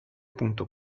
punto